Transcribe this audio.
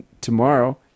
tomorrow